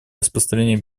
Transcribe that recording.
распространения